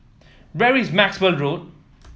where is Maxwell Road